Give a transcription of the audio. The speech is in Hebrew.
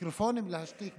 להשתיק את המיקרופונים באולם.